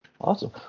Awesome